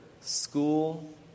school